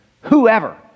whoever